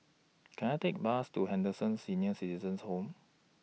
Can I Take A Bus to Henderson Senior Citizens' Home